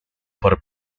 por